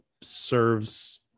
serves